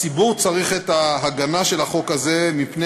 הציבור צריך את ההגנה של החוק הזה מפני